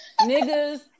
niggas